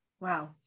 Wow